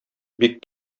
бик